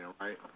right